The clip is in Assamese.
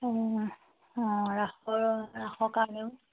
অঁ ৰাসৰ ৰাসৰ কাৰণেও